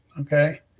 Okay